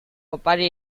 opari